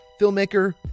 filmmaker